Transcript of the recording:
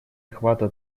охвата